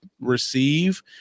receive